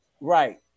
Right